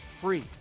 free